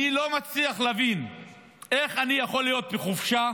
אני לא מצליח להבין איך אני יכול להיות בחופשה,